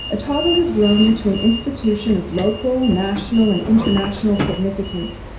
otago has grown into an institution of local, national and international significance,